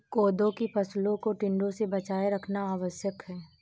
कोदो की फसलों को टिड्डों से बचाए रखना आवश्यक है